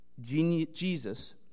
Jesus